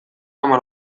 ama